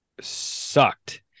sucked